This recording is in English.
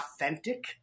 authentic